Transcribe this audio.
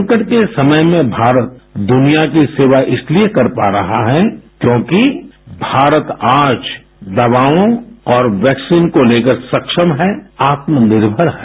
संकट के समय में भारत दुनिया की सेवा इसलिए कर पा रहा है क्योंकि भारत आज दवाओं और वैक्सीन को लेकर सक्षम है आत्मनिर्मर है